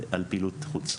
פעילות חוץ.